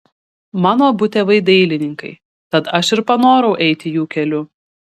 mano abu tėvai dailininkai tad ir aš panorau eiti jų keliu